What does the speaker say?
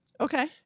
Okay